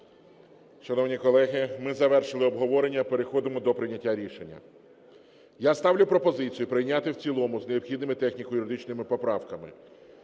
Шановні колеги, ми завершили обговорення. Переходимо до прийняття рішення. Я ставлю пропозицію прийняти в цілому з необхідними техніко-юридичними поправками